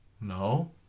No